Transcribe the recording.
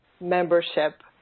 membership